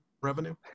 revenue